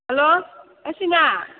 hello ꯔꯣꯁꯤꯅꯥ